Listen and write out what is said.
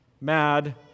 mad